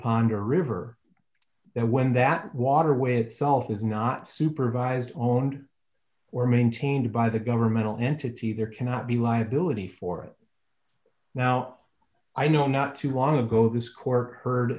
ponder river that when that water with self is not supervised owned or maintained by the governmental entity there cannot be liability for it now i know not too long ago this court heard